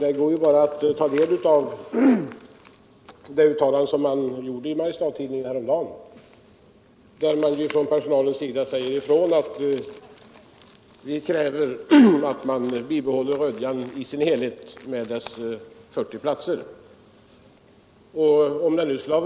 I Mariestads-Tidningen gjorde personalen häromdagen ett uttalande, där man kräver att Rödjan med dess 40 platser skall bibehållas i dess helhet.